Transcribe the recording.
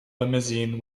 limousine